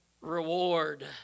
reward